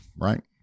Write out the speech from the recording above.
right